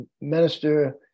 minister